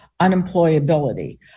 unemployability